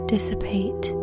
dissipate